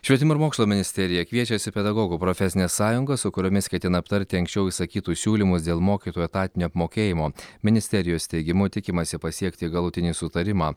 švietimo ir mokslo ministerija kviečiasi pedagogų profesines sąjungas su kuriomis ketina aptarti anksčiau išsakytus siūlymus dėl mokytojų etatinio apmokėjimo ministerijos teigimu tikimasi pasiekti galutinį sutarimą